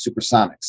Supersonics